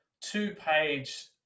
two-page